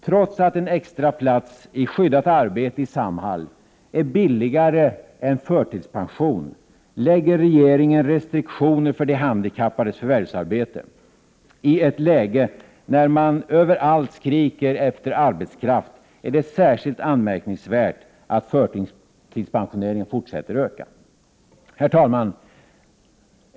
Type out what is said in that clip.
Trots att en extra plats i skyddat arbete i Samhall är billigare än förtidspension lägger regeringen restriktioner för de handikappades förvärvsarbete. I ett läge när man överallt skriker efter arbetskraft är det särskilt anmärkningsvärt att förtidspensioneringen fortsätter att öka. Herr talman!